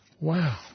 Wow